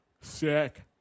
Sick